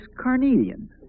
Carnelian